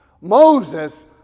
Moses